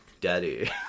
Daddy